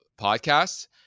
podcasts